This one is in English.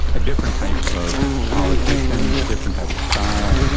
a different type of politician, a different type of style,